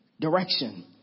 Direction